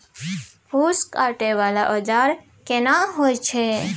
फूस काटय वाला औजार केना होय छै?